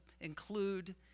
include